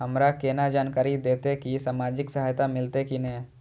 हमरा केना जानकारी देते की सामाजिक सहायता मिलते की ने?